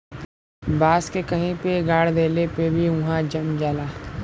बांस के कहीं पे गाड़ देले पे भी उहाँ जम जाला